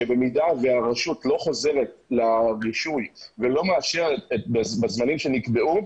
שבמידה והרשות לא חוזרת לרישוי ולא מאפשרת בזמנים שנקבעו,